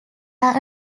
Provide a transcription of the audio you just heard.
are